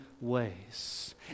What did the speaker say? ways